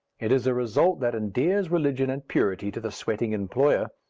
it is a result that endears religion and purity to the sweating employer,